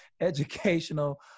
Educational